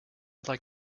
like